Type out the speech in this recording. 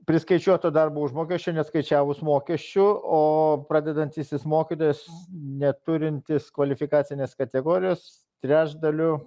priskaičiuoto darbo užmokesčio neatskaičiavus mokesčių o pradedantysis mokytojas neturintis kvalifikacinės kategorijos trečdaliu